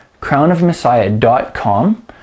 crownofmessiah.com